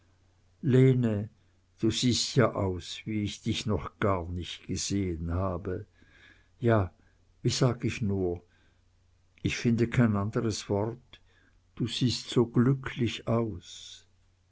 du siehst ja aus wie ich dich noch gar nicht gesehen habe ja wie sag ich nur ich finde kein anderes wort du siehst so glücklich aus